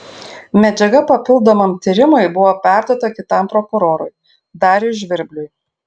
medžiaga papildomam tyrimui buvo perduota kitam prokurorui dariui žvirbliui